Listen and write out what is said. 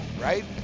right